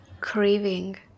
craving